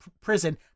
prison